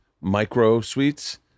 micro-suites